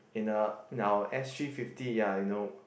in a in our s_g fifty ya you know